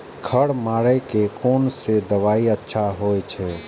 खर मारे के कोन से दवाई अच्छा होय छे?